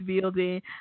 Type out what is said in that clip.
Building